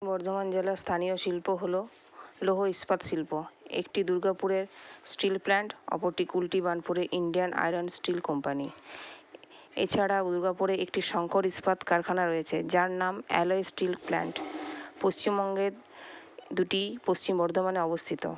বর্ধমান জেলার স্থানীয় শিল্প হল লৌহ ইস্পাত শিল্প একটি দুর্গাপুরের স্টিল প্লান্ট অপরটি কুলটি বার্নপুরের ইন্ডিয়ান আয়রন স্টিল কোম্পানি এছাড়াও দুর্গাপুরের একটি সংকর ইস্পাত কারখানা রয়েছে যার নাম অ্যালয় স্টিল প্লান্ট পশ্চিমবঙ্গের দুটি পশ্চিম বর্ধমানে অবস্থিত